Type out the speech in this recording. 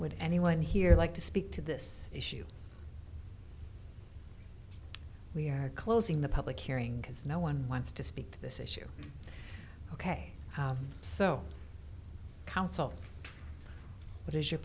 would anyone here like to speak to this issue we are closing the public hearing because no one wants to speak to this issue ok so counsel what is your